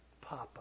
Papa